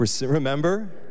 Remember